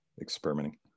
experimenting